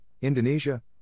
Indonesia